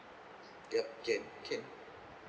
yup can can